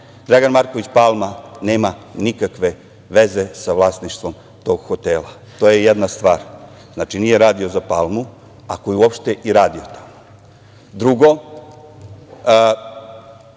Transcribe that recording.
Dragan Marković Palma nema nikakve veze sa vlasništvom tog hotela, to je jedna stvar. Znači, nije radio za Palmu, ako je uopšte i radio tamo. Drugo,